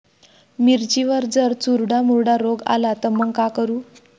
मिर्चीवर जर चुर्डा मुर्डा रोग आला त मंग का करू?